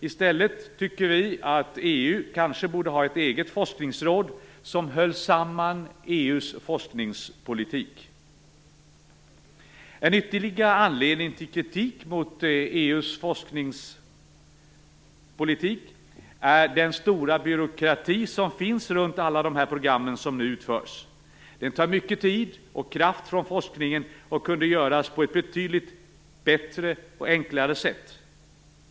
I stället tycker vi att EU kanske borde ha ett eget forskningsråd som höll samman EU:s forskningspolitik. En ytterligare anledning till kritik mot EU:s forskningspolitik är den stora byråkrati som finns runt alla de program som nu utförs. Den tar mycket tid och kraft från forskningen och kunde göras på ett betydligt bättre och enklare sätt.